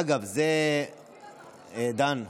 אגב, דן,